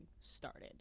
started